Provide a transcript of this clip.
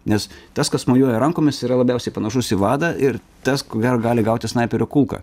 nes tas kas mojuoja rankomis yra labiausiai panašus į vadą ir tas ko gero gali gauti snaiperio kulką